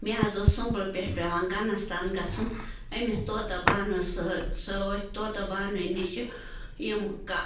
مےٚ حظ اوس سُمبلہٕ پٮ۪ٹھ پٮ۪وان گنَس تان گژھُن أمِس طوطہ بانوَس سہ سۭتۍ طوطہ بانوٕنۍ نِش یِم کہ